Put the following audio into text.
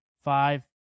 five